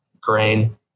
grain